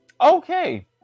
Okay